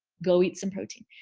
go eat some protein.